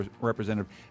representative